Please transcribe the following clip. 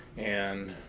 and